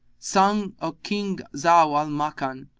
son of king zau al-makan,